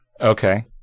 Okay